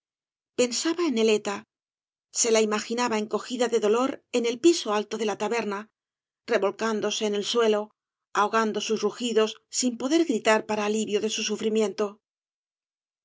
pensaba en nelela se la imaginaba encogida de dolor en el piso alto de la taberna revolcándose en el suelo ahogando sus rugidos sin poder gritar para alivio de su sufrimiento